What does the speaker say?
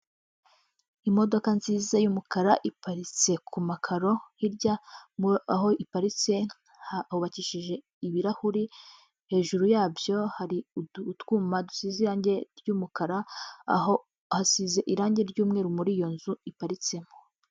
Imodoka nziza y'umukara iparitse ku makaro, hirya aho iparitse hubakishije ibirahuri, hejuru yabyo hari utwuma dusize irangi ry'umukara, aho hasize irangi ry'umweru muri iyo nzu iparitsemo.